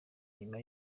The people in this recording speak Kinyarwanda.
nyuma